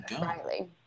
Riley